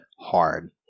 hard